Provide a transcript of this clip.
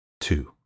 Two